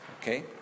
okay